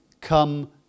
come